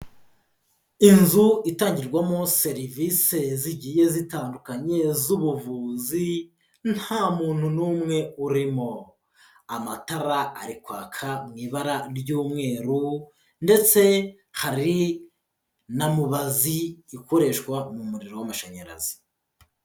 Inzu itangirwamo serivisi zigiye zitandukanye z'ubuvuzi, nta muntu n'umwe urimo. Amatara ari kwaka mu ibara ry'umweru, ndetse hari na mubazi ikoreshwa mu muriro w'amashanyarazi.